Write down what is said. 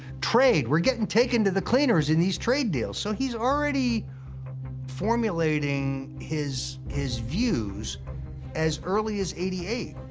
trade, we're getting taken to the cleaners in these trade deals. so he's already formulating his his views as early as eighty eight.